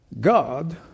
God